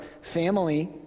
family